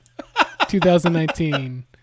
2019